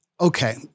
okay